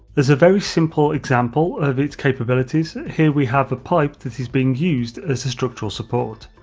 as a very simple example of it's capabilities, here we have a pipe that is being used as a structural support.